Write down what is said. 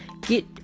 get